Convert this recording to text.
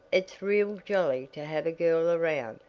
it's real jolly to have a girl around,